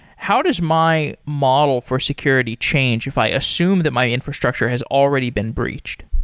how does my model for security change if i assume that my infrastructure has already been breached?